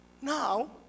Now